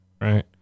right